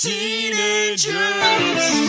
Teenagers